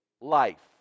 life